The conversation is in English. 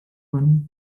running